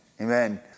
Amen